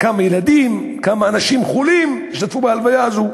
כמה ילדים, כמה אנשים חולים השתתפו בהלוויה הזאת.